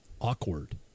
awkward